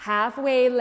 Halfway